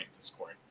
discord